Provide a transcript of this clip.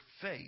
faith